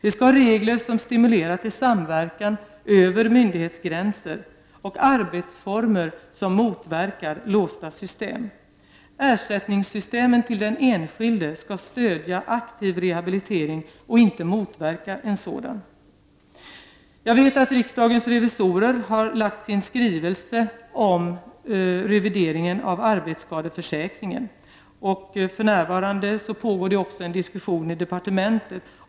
Vi skall ha regler som stimulerar till samverkan över myndighetsgränser och arbetsformer som motverkar låsta system. Systemen för ersättning till den enskilde skall stödja aktiv rehabilitering och inte motverka en sådan. Jag vet att riksdagens revisorer har lagt fram en skrivelse om en revidering av arbetsskadeförsäkringen. För närvarande pågår det också en diskussion i departementet.